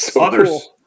others